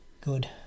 Good